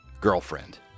girlfriend